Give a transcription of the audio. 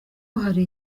hari